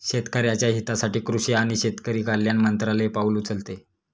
शेतकऱ्याच्या हितासाठी कृषी आणि शेतकरी कल्याण मंत्रालय पाउल उचलते